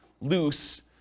loose